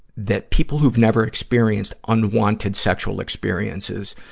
that people who've never experienced unwanted sexual experiences,